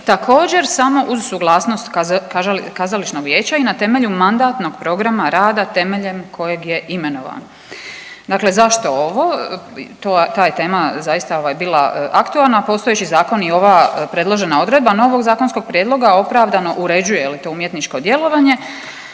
također samo uz suglasnost kazališnog vijeća i na temelju mandatnog programa rada temeljem koje je imenovan. Dakle zašto ovo? Ta je tema zaista ovaj bila aktualna. Postojeći zakon i ova predložena odredba novog zakonskog prijedloga opravdano uređuje, je li, to umjetničkog djelovanje